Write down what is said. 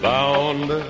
Bound